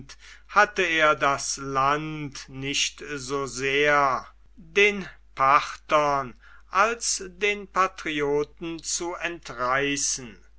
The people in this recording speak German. hatte er das land nicht so sehr den parthern als den patrioten zu entreißen